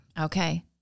Okay